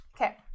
Okay